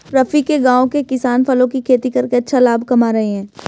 रफी के गांव के किसान फलों की खेती करके अच्छा लाभ कमा रहे हैं